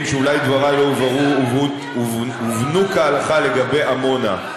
שאולי דברי לא הובנו כהלכה לגבי עמונה.